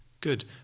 Good